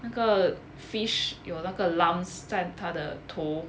那个 fish 有那个 lumps 在他的头